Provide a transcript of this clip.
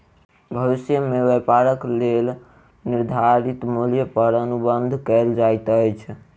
भविष्य में व्यापारक लेल निर्धारित मूल्य पर अनुबंध कएल जाइत अछि